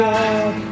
God